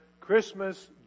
Christmas